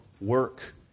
work